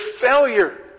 failure